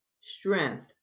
strength